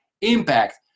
impact